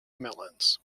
melons